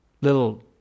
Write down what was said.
little